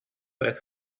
brett